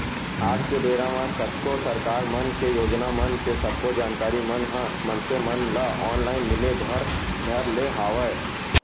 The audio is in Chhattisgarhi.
आज के बेरा म कतको सरकार मन के योजना मन के सब्बो जानकारी मन ह मनसे मन ल ऑनलाइन मिले बर धर ले हवय